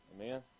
amen